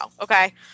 Okay